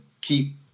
keep